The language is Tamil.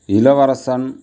இளவரசன்